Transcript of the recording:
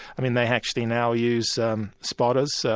and then they actually now use um spotters, so